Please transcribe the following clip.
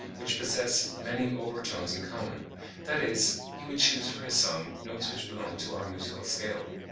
which possess many over-tones in common that is, he would choose for his song, notes which belong to our musical scale.